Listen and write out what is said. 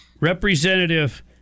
Representative